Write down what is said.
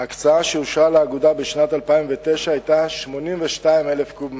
ההקצאה שאושרה לאגודה בשנת 2009 היתה 82,000 קוב מים,